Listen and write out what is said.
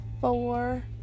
four